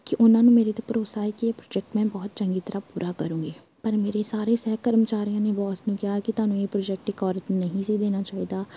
ਕਿ ਉਹਨਾਂ ਨੂੰ ਮੇਰੇ 'ਤੇ ਭਰੋਸਾ ਸੀ ਕਿ ਇਹ ਪ੍ਰੋਜੈਕਟ ਮੈਂ ਬਹੁਤ ਚੰਗੀ ਤਰ੍ਹਾਂ ਪੂਰਾ ਕਰੂੰਗੀ ਪਰ ਮੇਰੇ ਸਾਰੇ ਸਹਿ ਕਰਮਚਾਰੀਆਂ ਨੇ ਬੋਸ ਨੂੰ ਕਿਹਾ ਕਿ ਤੁਹਾਨੂੰ ਇਹ ਪ੍ਰੋਜੈਕਟ ਇੱਕ ਔਰਤ ਨੂੰ ਨਹੀਂ ਸੀ ਦੇਣਾ ਚਾਹੀਦਾ